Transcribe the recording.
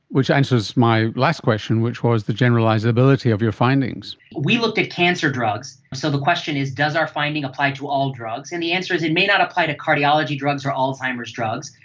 which answers my last question, which was the generalisability of your findings. we looked at cancer drugs. so the question is does our finding apply to all drugs? and the answer is it may not apply to cardiology drugs or alzheimer's drugs,